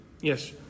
yes